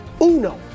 Uno